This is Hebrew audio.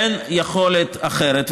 אין יכולת אחרת,